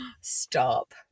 Stop